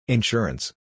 Insurance